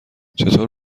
چطور